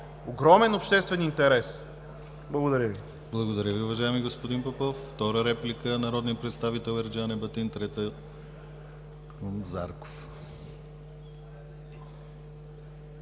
огромен обществен интерес? Благодаря Ви.